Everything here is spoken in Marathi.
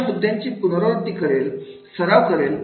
अशा मुद्द्यांची पुनरावृत्ती करेल सराव करेल